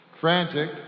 Frantic